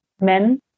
men